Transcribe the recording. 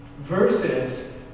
versus